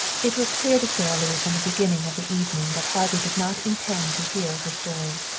it was clear to sara lee from the beginning of the evening that harvey did not intend to hear her story.